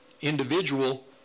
individual